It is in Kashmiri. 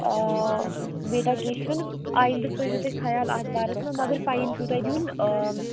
آ بیٹا کیٛنٛہہ چھُنہٕ آینٛدہ تھٲوزیٚو تُہۍ خیال اتھ بارس منٛز مگر فایِن چھُ تۅہہِ دیُن آ